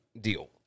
deal